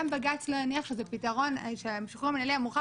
גם בג"ץ לא הניח שהשחרור המינהלי המורחב